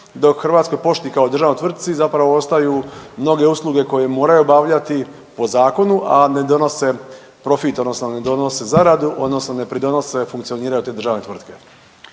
dok Hrvatskoj pošti kao državnoj tvrtci zapravo ostaju mnoge usluge koje moraju obavljati po zakonu, a ne donose profit odnosno ne donose zaradu odnosno ne pridonose funkcioniranju te državne tvrtke.